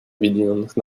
объединенных